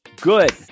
good